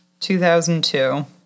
2002